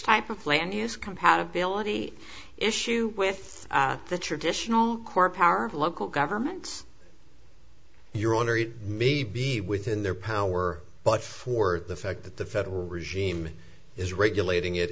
type of land use compatibility issue with the traditional core power of local governments your honor it may be within their power but for the fact that the federal regime is regulating it